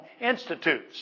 institutes